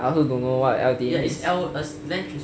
I also don't know what L_T_A mean